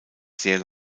sehr